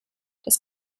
das